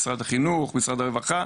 משרד החינוך משרד הרווחה,